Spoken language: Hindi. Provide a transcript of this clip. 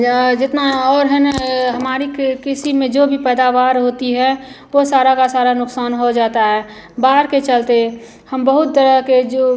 जितना और है न हमारी कृ कृषि में जो भी पैदावार होती है वह सारा का सारा नुकसान हो जाता है बाढ़ के चलते हम बहुत तरह के जो